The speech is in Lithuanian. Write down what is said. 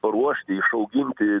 paruošti išauginti